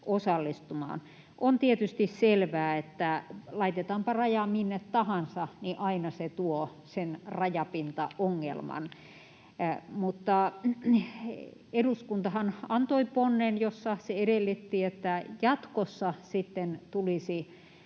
osallistumaan. On tietysti selvää, että laitetaanpa raja minne tahansa, niin aina se tuo sen rajapintaongelman. Mutta eduskuntahan antoi ponnen, jossa se edellytti, että jatkossa sitten